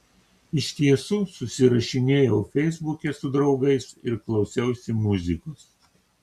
iš tiesų susirašinėjau feisbuke su draugais ir klausiausi muzikos